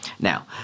Now